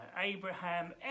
Abraham